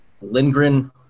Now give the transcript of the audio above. Lindgren